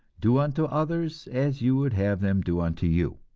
do unto others as you would have them do unto you.